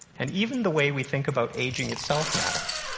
and even the way we think about aging itself matters.